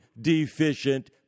deficient